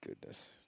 goodness